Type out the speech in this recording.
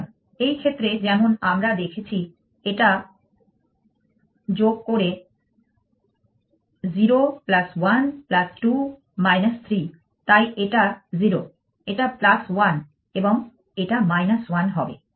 সুতরাং এই ক্ষেত্রে যেমন আমরা দেখেছি এটা রোগ করে 0 1 2 3 তাই এটা 0 এটা 1 এবং এটা 1 হবে